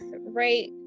right